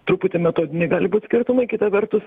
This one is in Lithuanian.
truputį metodiniai gali būt skirtumai kita vertus